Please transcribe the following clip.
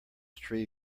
tree